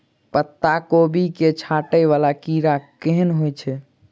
पत्ता कोबी केँ चाटय वला कीड़ा केहन होइ छै?